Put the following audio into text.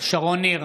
שרון ניר,